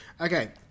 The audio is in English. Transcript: Okay